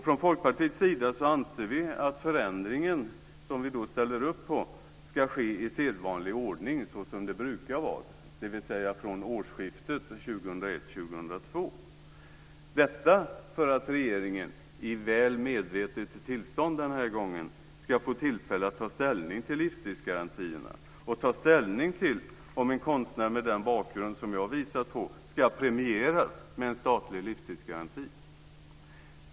Från Folkpartiets sida anser vi att förändringen, som vi ställer upp på, ska ske i sedvanlig ordning, dvs. från årsskiftet 2001/02. Detta för att regeringen, i väl medvetet tillstånd den här gången, ska få tillfälle att ta ställning till livstidsgarantierna och ta ställning till om en konstnär med den bakgrund som jag visat på ska premieras med en statlig livstidsgaranti.